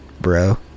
bro